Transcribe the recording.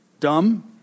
Dumb